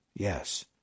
Yes